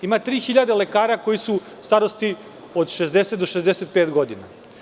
Ima 3000 lekara koji su starosti od 60 do 65 godina.